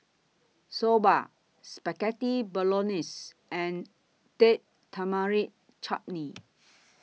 Soba Spaghetti Bolognese and Date Tamarind Chutney